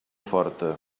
forta